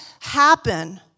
happen